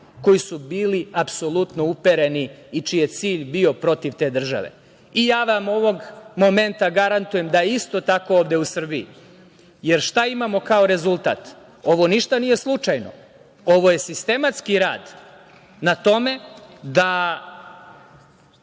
koji su bili apsolutno upereni i čiji je cilj bio protiv te države. Ja vam ovog momenta garantujem da je isto tako ovde u Srbiji. Jer šta imamo kao rezultat? Ovo ništa nije slučajno. Ovo je sistematski rad na tome,